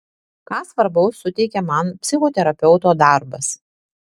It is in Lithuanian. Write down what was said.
ką svarbaus suteikia man psichoterapeuto darbas